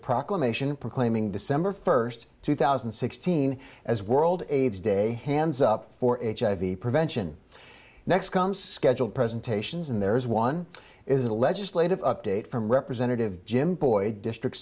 proclamation proclaiming december first two thousand and sixteen as world aids day hands up for hiv prevention next come scheduled presentations and there is one is a legislative update from representative jim boyd district